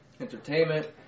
entertainment